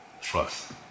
trust